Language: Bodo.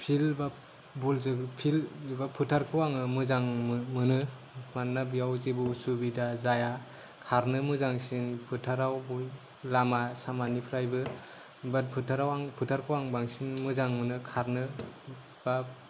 फिल्द बा बल फिल्द एबा फोथारखौ आङो मोजां मोनो मानोना बेयाव जेबो उसुबिदा जाया खारनो मोजांसिन फोथाराव बयबो लामा सामानिफ्रायबो बाट फोथाराव आं फोथारखौ आं बांसिन मोजां मोनो खारनो बा